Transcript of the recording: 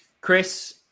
Chris